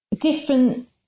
different